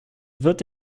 wird